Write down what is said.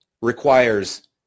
requires